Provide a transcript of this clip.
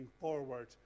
forward